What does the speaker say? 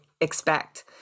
expect